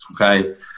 Okay